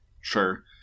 Sure